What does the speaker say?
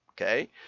okay